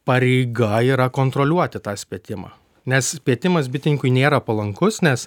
pareiga yra kontroliuoti tą spietimą nes spietimas bitininkui nėra palankus nes